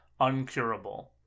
uncurable